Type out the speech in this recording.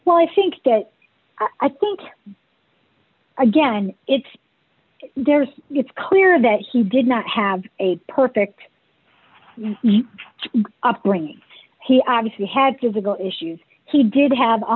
well i think that i think again it's there's it's clear that he did not have a perfect operating he obviously had to go issues he did have a